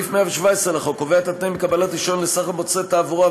4. סעיף 117 לחוק קובע את התנאים לקבלת רישיון לסחר במוצרי תעבורה,